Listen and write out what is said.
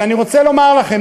ואני רוצה לומר לכם,